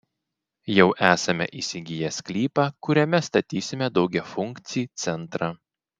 jau esame įsigiję sklypą kuriame statysime daugiafunkcį centrą